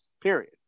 Period